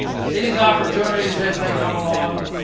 seize opportunities as the come along,